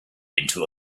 into